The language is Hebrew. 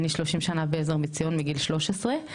אני 30 שנה בעזר מציון מגיל 13,